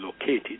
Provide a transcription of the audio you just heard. located